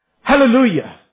Hallelujah